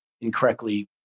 incorrectly